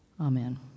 Amen